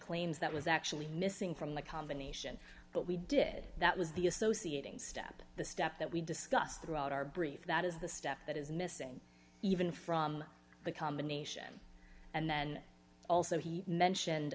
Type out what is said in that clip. claims that was actually missing from the combination but we did that was the associating step the step that we discussed throughout our brief that is the step that is missing even from the combination and then also he mentioned